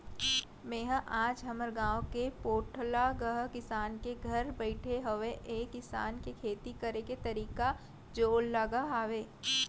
मेंहा आज हमर गाँव के पोठलगहा किसान के घर बइठे हँव ऐ किसान के खेती करे के तरीका जोरलगहा हावय